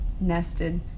nested